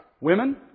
Women